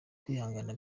kwihangana